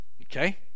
okay